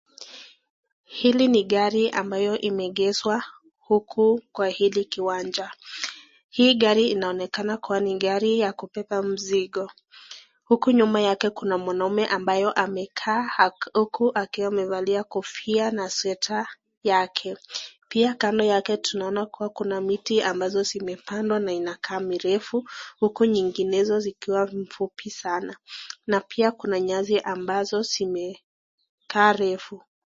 Hili ni gari ambayo imeegezwa huku kwa hili kiwanja. Hii gari inaonekana kuwa ni gari ya kubeba mzigo. Huku nyuma yake kuna mwanaume ambayo amekaa uku akiwa amevalia kofia na sweta yake. Pia kando yake tunaona kuwa kuna miti ambazo zimepandwa inakaa mirefu. Huku nyinginezo zikiwa fupi sana. Na pia kuna nyasi ambazo zimekaa refu.